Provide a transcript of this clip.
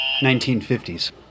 1950s